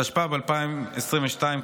התשפ"ב 2022,